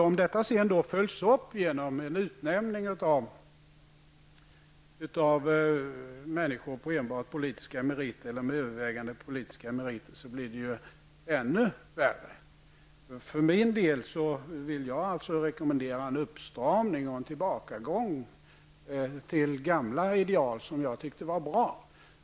Om detta sedan följs upp genom utnämning av människor på övervägande politiska meriter blir det ännu värre. För min del vill jag rekommendera en uppstramning och en tillbakagång till gamla ideal som jag tyckte var bra.